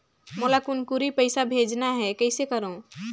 मोला कुनकुरी पइसा भेजना हैं, कइसे करो?